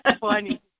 funny